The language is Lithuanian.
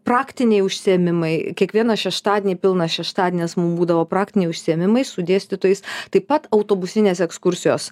praktiniai užsiėmimai kiekvieną šeštadienį pilnas šeštadienis mum būdavo praktiniai užsiėmimai su dėstytojais taip pat autobusinės ekskursijos